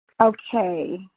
Okay